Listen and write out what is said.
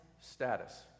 status